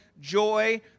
joy